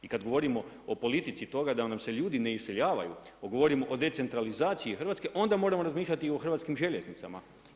I kad govorimo o politici toga da nam se ljudi ne iseljavaju, kad govorimo o decentralizaciji Hrvatske onda moramo razmišljati i o hrvatskim željeznicama.